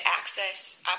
access